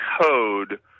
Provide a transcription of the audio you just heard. code